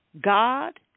God